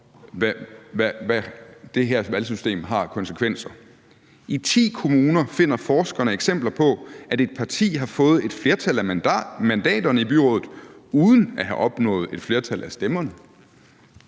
hvad det her valgsystem har af konsekvenser. I ti kommuner finder forskerne eksempler på, at et parti har fået et flertal af mandaterne i byrådet uden at have opnået et flertal af stemmerne.